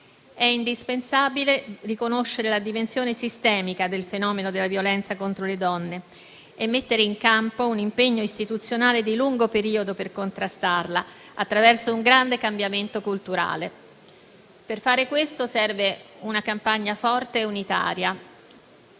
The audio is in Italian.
È indispensabile riconoscere la dimensione sistemica del fenomeno della violenza contro le donne e mettere in campo un impegno istituzionale di lungo periodo per contrastarla, attraverso un grande cambiamento culturale. Per fare questo serve una campagna forte e unitaria,